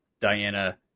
Diana